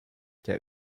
der